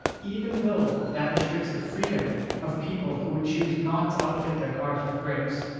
even though that restricts the freedom of people who would choose not to outfit their cars with brakes.